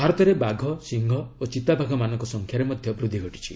ଭାରତରେ ବାଘ ସିଂହ ଓ ଚିତାବାଘମାନଙ୍କ ସଂଖ୍ୟାରେ ମଧ୍ୟ ବୃଦ୍ଧି ଘଟିଛି